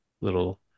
little